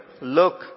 look